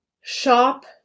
shop